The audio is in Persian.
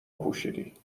پوشیدی